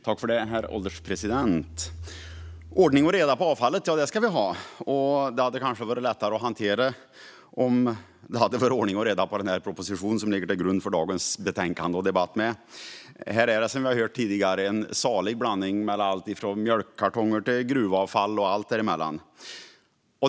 Herr ålderspresident! Ordning och reda på avfallet ska vi ha. Det hade kanske varit lättare att hantera om det också hade varit ordning och reda på den här propositionen som ligger till grund för dagens betänkande och debatt. Här är det, som vi har hört tidigare, en salig blandning av mjölkkartonger och gruvavfall och allt däremellan.